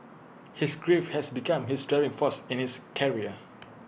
his grief had become his driving force in his career